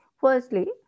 Firstly